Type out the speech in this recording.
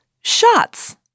shots